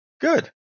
good